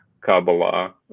Kabbalah